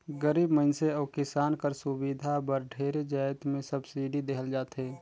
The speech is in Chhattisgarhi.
गरीब मइनसे अउ किसान कर सुबिधा बर ढेरे जाएत में सब्सिडी देहल जाथे